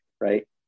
right